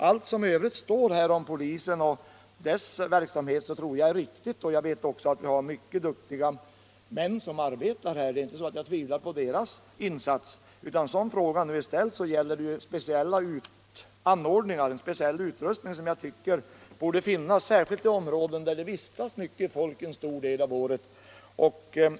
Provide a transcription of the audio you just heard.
Allt som i övrigt står i svaret om polisen och dess verksamhet tror jag är riktigt, och jag vet också att vi här har mycket duktiga män som arbetar. Jag tvivlar inte på deras arbetsinsatser. Som frågan är ställd gäller den speciella anordningar, speciella utrustningar, som borde finnas särskilt i områden där det vistas mycket folk under en stor del av året.